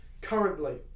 currently